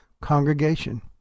congregation